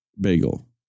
Bagel